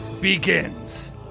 begins